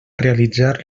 realitzar